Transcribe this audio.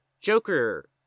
Joker